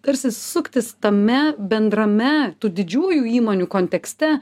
tarsi suktis tame bendrame tų didžiųjų įmonių kontekste